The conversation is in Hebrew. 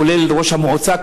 כולל ראש המועצה,